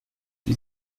wie